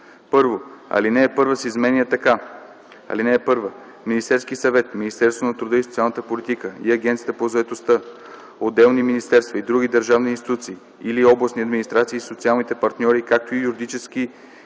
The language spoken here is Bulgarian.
1. Алинея 1 се изменя така: „(1) Министерският съвет, Министерството на труда и социалната политика и Агенцията по заетостта, отделни министерства и други държавни институции или областни администрации и социалните партньори, както и юридически